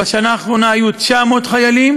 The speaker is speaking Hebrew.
ובשנה האחרונה היו 900 חיילים,